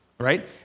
Right